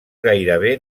gairebé